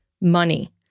money